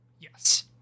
Yes